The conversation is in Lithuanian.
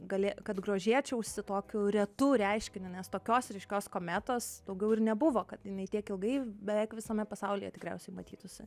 galė kad grožėčiausi tokiu retu reiškiniu nes tokios ryškios kometos daugiau ir nebuvo kad jinai tiek ilgai beveik visame pasaulyje tikriausiai matytųsi